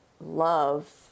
love